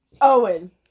Owen